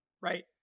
Right